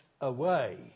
away